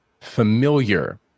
Familiar